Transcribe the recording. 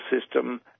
system